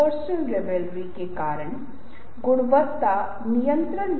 आसन आप देखते हैं कि ये कुछ चीजें हैं जो बहुत नियमित हैं